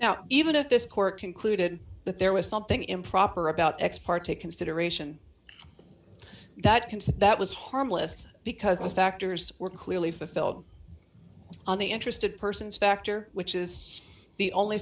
now even if this court concluded that there was something improper about ex parte consideration that that was harmless because the factors were clearly fulfilled on the interested person specter which is the only